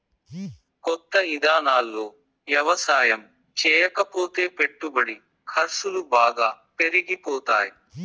కొత్త ఇదానాల్లో యవసాయం చేయకపోతే పెట్టుబడి ఖర్సులు బాగా పెరిగిపోతాయ్